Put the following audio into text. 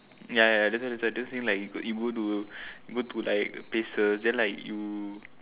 ya ya that's why I suggesting like you could you go to go to like places then like you